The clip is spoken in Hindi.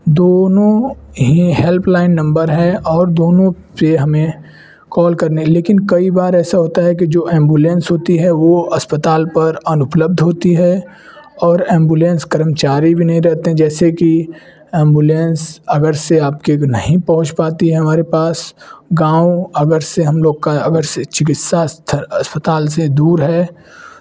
दोनों ही हेल्पलाइन नंबर हैं और दोनों पे हमें कॉल करने हैं लेकिन कई बार ऐसा होता है कि जो ऐम्बुलेंस होती है वो अस्पताल पर अनुपलब्ध होती है और ऐम्बुलेंस कर्मचारी भी नहीं रहते हैं जैसे कि ऐम्बुलैंस अगर से आपके नहीं पहुँच पाती हमारे पास गाँव अगर से हम लोग का अगर से चिकित्सा छ अस्पताल से दूर है